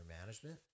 management